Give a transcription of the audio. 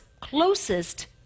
closest